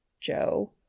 Joe